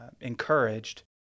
encouraged